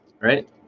right